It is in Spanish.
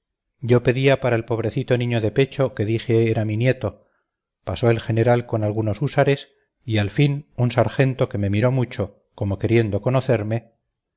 yo pedía para el pobrecito niño de pecho que dije era mi nieto pasó el general con algunos húsares y al fin un sargento que me miró mucho como queriendo conocerme